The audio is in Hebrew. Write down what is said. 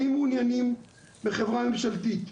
האם מעוניינים בחברה ממשלתית.